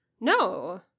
no